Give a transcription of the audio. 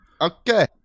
Okay